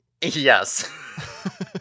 Yes